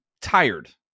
tired